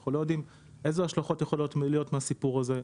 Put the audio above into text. אנחנו לא יודעים איזה השלכות יכולות להיות מהסיפור הזה.